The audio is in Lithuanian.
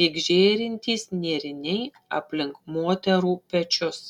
lyg žėrintys nėriniai aplink moterų pečius